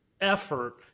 effort